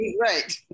Right